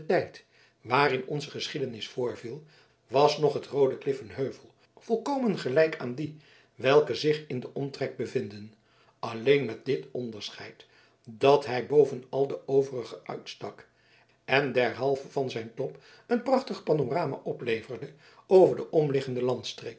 tijd waarin onze geschiedenis voorviel was nog het roode klif een heuvel volkomen gelijk aan die welke zich in den omtrek bevinden alleen met dit onderscheid dat hij boven al de overige uitstak en derhalve van zijn top een prachtig panorama opleverde over de omliggende